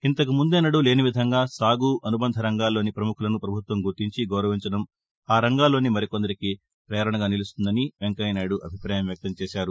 ఇంతకు ముందెన్నడూ లేని విధంగా సాగు అనుబంధ రంగాల్లోని పముఖులను పభుత్వం గుర్తించి గౌరవించడం ఆ రంగాల్లోని మరికొందరికి పేరణగా నిలుస్తుందని వెంకయ్యనాయుడు అభిప్రాయం వ్యక్తం చేశారు